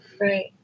Right